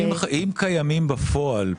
אם קיימים בפועל,